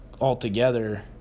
altogether